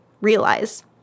realize